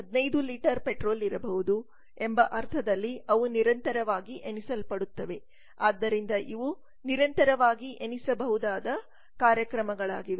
15 litre petrol ಇರಬಹುದು ಎಂಬ ಅರ್ಥದಲ್ಲಿ ಅವು ನಿರಂತರವಾಗಿ ಎಣಿಸಲ್ಪಡುತ್ತವೆ ಆದ್ದರಿಂದ ಇವು ನಿರಂತರವಾಗಿ ಎಣಿಸಬಹುದಾದ ಕಾರ್ಯಕ್ರಮಗಳಾಗಿವೆ